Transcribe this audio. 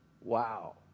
Wow